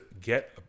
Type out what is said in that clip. get